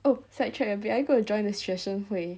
oh side track a bit are you gonna join the 学生会